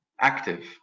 active